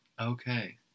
Okay